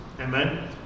Amen